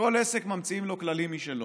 כל עסק, ממציאים לו כללים משלו.